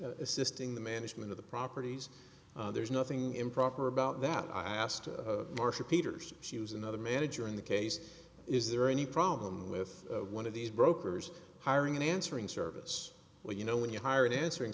his assisting the management of the properties there's nothing improper about that i asked marsha peters she was another manager in the case is there any problem with one of these brokers hiring an answering service or you know when you hire an answering